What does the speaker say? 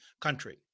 country